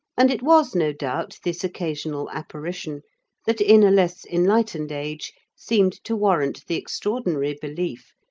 and it was no doubt this occasional apparition that in a less enlightened age seemed to warrant the extraordinary belief,